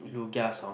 Lugia's Song